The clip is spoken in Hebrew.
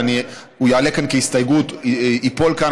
והוא יעלה כאן כהסתייגות וייפול כאן,